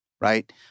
right